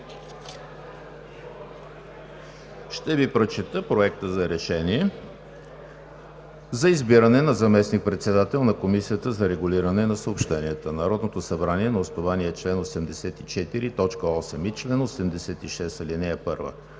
Ще Ви прочета проекта за: „РЕШЕНИЕ за избиране на заместник-председател на Комисията за регулиране на съобщенията Народното събрание на основание чл. 84, т. 8 и чл. 86,